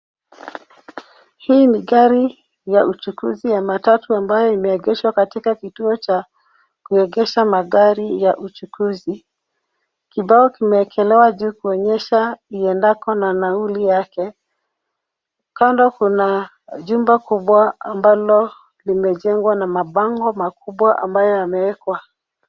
Hii ni gari ya uchukuzi ya matatu ambayo imeengeshwa katika kituo cha kuengesha magari ya uchukuzi. Kibao kimeekelewa juu kuonyesha iendako na nauli yake, kando kuna jumba kubwa ambalo limejengwa na mabago makubwa ambayo yameekwa.